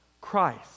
Christ